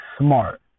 smart